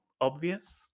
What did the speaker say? obvious